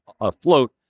afloat